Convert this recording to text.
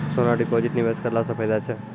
सोना deposit निवेश करला से फैदा छै?